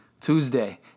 Tuesday